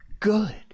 Good